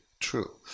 True